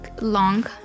long